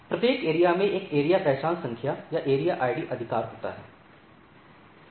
प्रत्येक एरिया में एक एरिया पहचान संख्या या एरिया आईडी अधिकार होता है